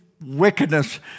wickedness